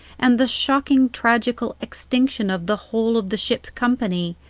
and the shocking tragical extinction of the whole of the ship's company,